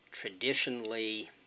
Traditionally